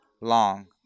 long